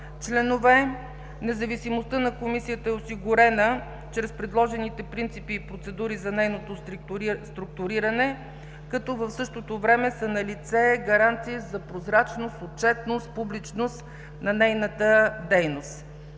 членове. Независимостта на Комисията е осигурена чрез предложените принципи и процедури за нейното структуриране, като в същото време са налице гаранции за прозрачност, отчетност, публичност на нейната дейност.